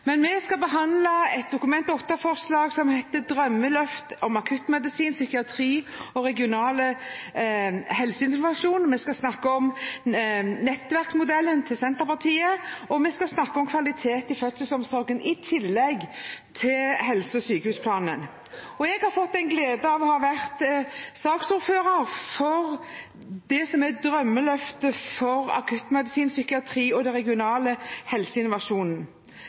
Men vi skal også behandle et Dokument 8-forslag om et drømmeløft for akuttmedisin, psykiatri og regional helseinnovasjon for 2017–2021, vi skal snakke om nettverksmodellen til Senterpartiet, og vi skal snakke om kvalitet i fødselsomsorgen – i tillegg til helse- og sykehusplanen. Jeg har hatt gleden av å være saksordfører for innstillingen om et drømmeløft for akuttmedisin, psykiatri og